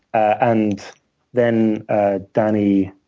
and then danny